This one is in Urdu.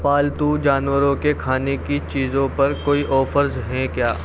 پالتو جانوروں کے کھانے کی چیزوں پر کوئی آفرز ہیں کیا